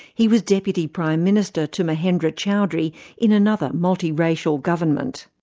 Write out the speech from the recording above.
he was deputy prime minister to mahendra chaudry in another multi-racial government.